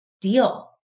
deal